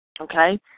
Okay